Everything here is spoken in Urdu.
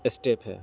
اسٹیپ ہے